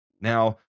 now